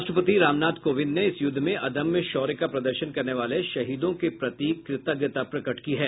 राष्ट्रपति रामनाथ कोविंद ने इस युद्ध में अदम्य शौर्य का प्रदर्शन करने वाले शहीदों के प्रति कृतज्ञता प्रकट की है